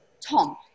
Tom